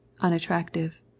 unattractive